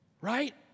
Right